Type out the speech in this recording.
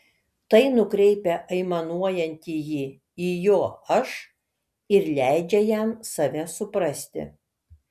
tai nukreipia aimanuojantįjį į jo aš ir leidžia jam save suprasti